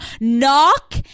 knock